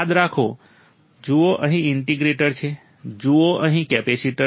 યાદ રાખો જુઓ અહીં ઇન્ટિગ્રેટર છે જુઓ અહીં કેપેસિટર છે